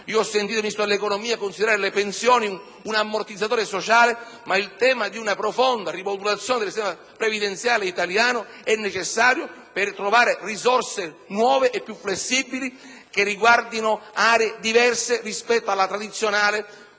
Ho sentito il Ministro dell'economia considerare le pensioni un ammortizzatore sociale, ma è necessario affrontare il tema di una profonda rimodulazione del sistema previdenziale italiano per trovare risorse nuove e più flessibili che riguardino aree diverse rispetto al tradizionale